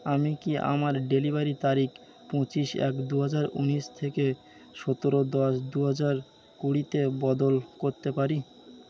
আমি কি আমার ডেলিভারি তারিখ পঁচিশ এক দু হাজার উনিশ থেকে সতেরো দশ দু হাজার কুড়িতে বদল করতে পারি